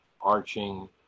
arching